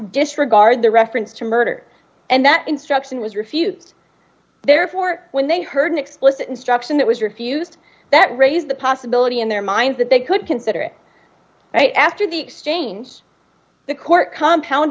disregard the reference to murder and that instruction was refused therefore when they heard an explicit instruction that was refused that raised the possibility in their minds that they could consider it right after the exchange the court compound